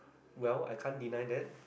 well I can't deny that